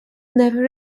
never